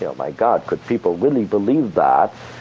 so my god, could people really believe that?